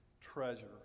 treasure